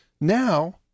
now